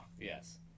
Yes